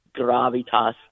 gravitas